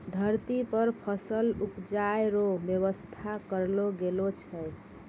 धरती पर फसल उपजाय रो व्यवस्था करलो गेलो छै